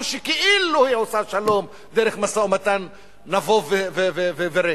שכאילו היא עושה שלום דרך משא-ומתן נבוב וריק.